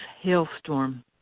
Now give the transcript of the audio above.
hailstorm